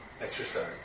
exercise